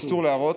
אסור להראות.